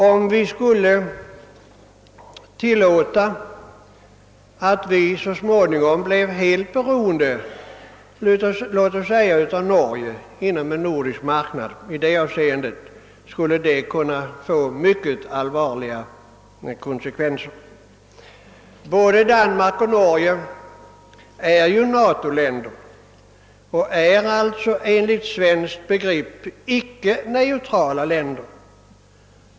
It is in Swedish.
Om vi skulle låta det gå dithän, att vi så småningom blev helt beroende av låt mig säga Norge inom en nordisk marknad i detta hänseende skulle konsekvenserna kunna bli mycket allvarliga. Både Danmark och Norge är ju NATO-länder och alltså enligt svenskt begrepp icke neutrala.